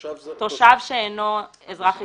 תושב שאינו אזרח ישראלי.